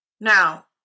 Now